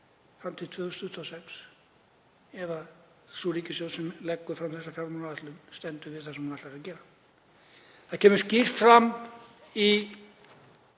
fram til 2026 ef sú ríkisstjórn sem leggur fram þessa fjármálaáætlun stendur við það sem hún ætlar að gera. Það kemur skýrt fram í